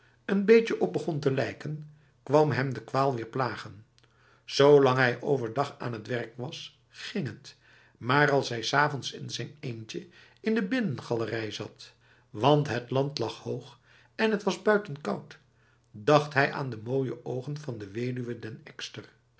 een beetje op begon te lijken kwam hem de kwaal weer plagen zolang hij overdag aan het werk was ging het maar als hij s avonds in z'n eentje in de binnengalerij zat want het land lag hoog en t was buiten koud dacht hij aan de mooie ogen van de weduwe den